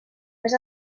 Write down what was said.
més